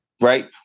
right